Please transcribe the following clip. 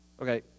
Okay